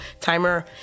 timer